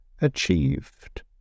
achieved